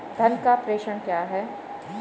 धन का प्रेषण क्या है?